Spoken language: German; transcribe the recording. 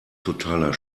totaler